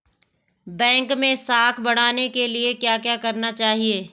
Bank मैं साख बढ़ाने के लिए क्या क्या करना चाहिए?